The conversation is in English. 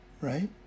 right